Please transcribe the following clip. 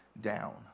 down